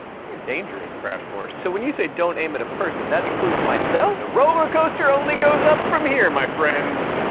it's very dangerous, crash course. so when you say, don't aim at a person, that includes myself? the roller coaster only goes up from here, my friends.